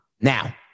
Now